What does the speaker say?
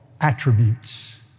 attributes